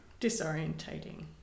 Disorientating